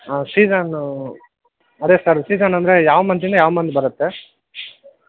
ಹಾಂ ಸೀಸನು ಅದೇ sir season ಅಂದರೆ ಯಾವ ಮಂತಿಂದ ಯಾವ ಮಂತ್ ಬರುತ್ತೆ